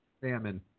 salmon